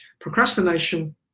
procrastination